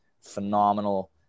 phenomenal